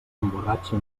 emborratxa